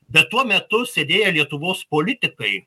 bet tuo metu sėdėję lietuvos politikai